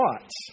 thoughts